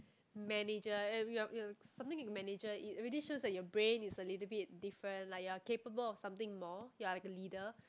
manager you like you like something in manager it really shows that your brain is a little bit different like you are capable of something more you are like a leader